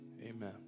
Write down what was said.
Amen